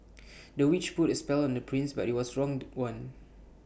the witch put A spell on the prince but IT was wrong The One